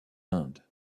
inde